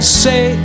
say